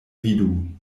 vidu